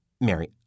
Mary